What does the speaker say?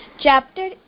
Chapter